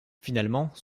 finalement